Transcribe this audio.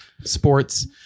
Sports